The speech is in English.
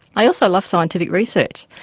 i also love scientific research,